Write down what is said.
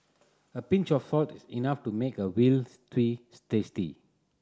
a pinch of salt is enough to make a veal stew tasty